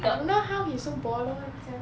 I don't know how he so baller [one] sia